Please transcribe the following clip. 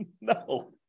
No